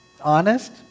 Honest